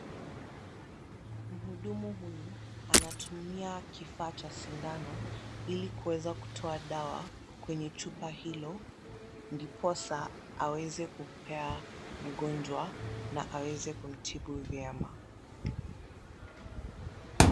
Mhudumu huyu anatumia kifaa cha sindano ili kuweza kutoa dawa kwenye chupa hilo ndiposa aweze kupea mgonjwa na aweze kumtibu vyema.